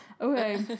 Okay